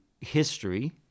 history